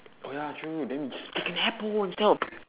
oh ya true then we